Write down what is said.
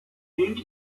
ging